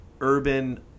urban